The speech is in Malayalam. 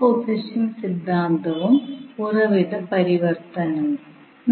കോഴ്സിന്റെ ഒൻപതാം ആഴ്ചയിലേക്ക്